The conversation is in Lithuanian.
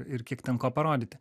ir kiek ten ko parodyti